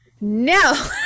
no